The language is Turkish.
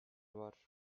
var